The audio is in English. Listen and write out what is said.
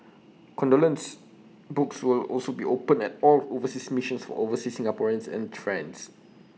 condolence books will also be opened at all overseas missions for overseas Singaporeans and trends